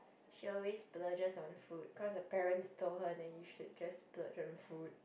she always splurges on food because the parents told her that you should just splurge on food